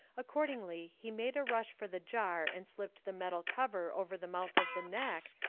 accordingly, he made a rush for the jar and slipped the metal cover over the mouth of the neck,